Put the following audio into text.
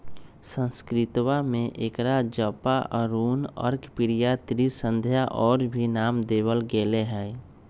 संस्कृतवा में एकरा जपा, अरुण, अर्कप्रिया, त्रिसंध्या और भी नाम देवल गैले है